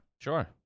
Sure